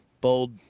bold